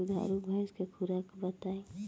दुधारू भैंस के खुराक बताई?